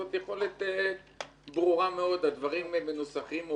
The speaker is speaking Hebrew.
זו יכולת ברורה מאוד, הדברים מנוסחים.